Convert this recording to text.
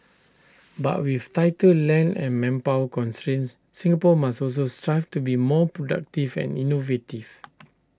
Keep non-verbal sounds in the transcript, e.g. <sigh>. <noise> but with tighter land and manpower constraints Singapore must also strive to be more productive and innovative